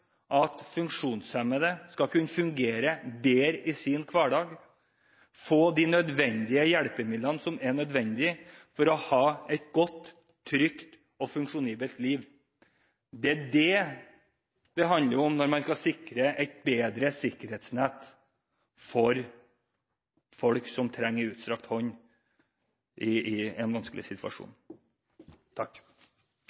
at funksjonshemmede skal kunne fungere bedre i sin hverdag og få de hjelpemidlene som er nødvendige for å ha et godt, trygt og funksjonelt liv. Det er det det handler om når man skal sikre et bedre sikkerhetsnett for folk som trenger en utstrakt hånd i en vanskelig situasjon.